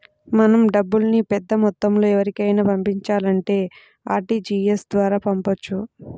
మనం డబ్బుల్ని పెద్దమొత్తంలో ఎవరికైనా పంపించాలంటే ఆర్టీజీయస్ ద్వారా పంపొచ్చు